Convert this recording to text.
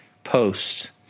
Post